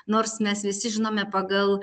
nors mes visi žinome pagal